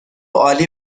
عالی